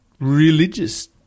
religious